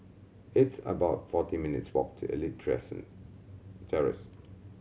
it's about forty minutes' walk to Elite Terrace